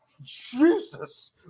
Jesus